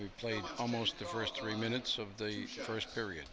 be played almost the first three minutes of the first period